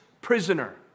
prisoner